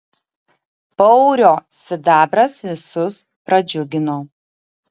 paurio sidabras visus pradžiugino